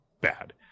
bad